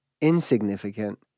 insignificant